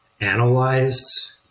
analyzed